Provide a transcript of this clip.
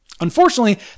Unfortunately